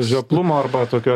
žioplumo arba tokio